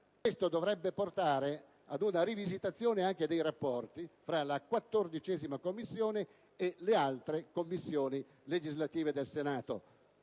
questo dovrebbe portare ad una rivisitazione anche dei rapporti tra la 14a Commissione e le altre Commissioni permanenti del Senato.